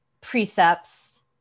precepts